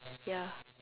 ya